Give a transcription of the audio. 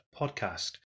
podcast